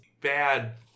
bad